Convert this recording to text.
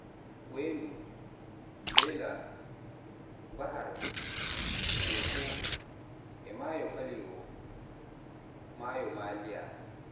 weendu, mbela, bahar, teeku e maayo ɓalewo, maayo maaliiya.